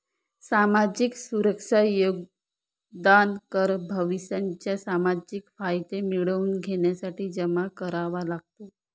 सामाजिक सुरक्षा योगदान कर भविष्याचे सामाजिक फायदे मिळवून घेण्यासाठी जमा करावा लागतो